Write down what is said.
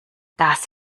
das